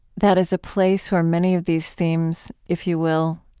that is a place where many of these themes, if you will,